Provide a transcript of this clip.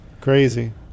Crazy